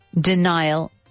denial